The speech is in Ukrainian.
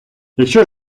якщо